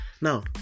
Now